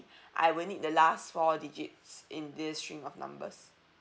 I will need the last four digits in this string of numbers